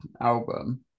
album